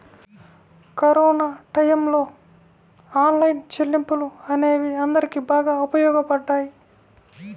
corona టైయ్యంలో online చెల్లింపులు అనేవి అందరికీ బాగా ఉపయోగపడ్డాయి